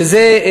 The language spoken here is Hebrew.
שזה,